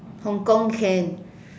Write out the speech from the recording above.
Hong-Kong can